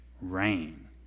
rain